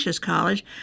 College